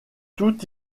tout